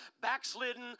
backslidden